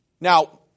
Now